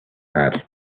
had